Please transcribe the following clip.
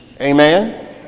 amen